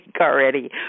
already